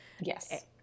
Yes